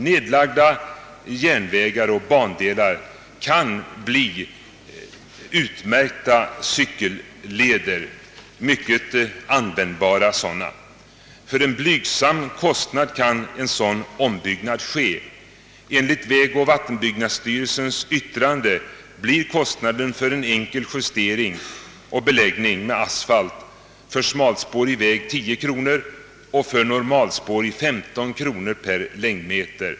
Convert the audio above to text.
Nedlagda järnvägar och bandelar kunde bli utmärkta cykelleder, mycket användbara sådana. För en blygsam kostnad kan en sådan ombyggnad utföras. Enligt vägoch vattenbyggnadsstyrelsen blir kostnaden för en enkel justering och beläggning med asfalt för smalspårig väg 10 kronor och för normalspårig väg 15 kronor per längdmeter.